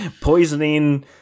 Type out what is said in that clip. poisoning